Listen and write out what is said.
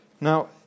Now